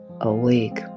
Awake